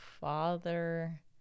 father